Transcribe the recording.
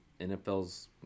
NFL's